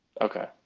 Okay